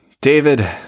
David